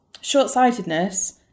short-sightedness